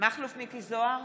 מכלוף מיקי זוהר,